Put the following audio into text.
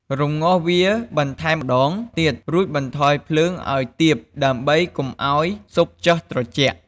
រំងាស់វាបន្ថែមម្តងទៀត រួចបន្ថយភ្លើងឱ្យទាបដើម្បីកុំឱ្យស៊ុបចុះត្រជាក់។